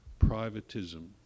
privatism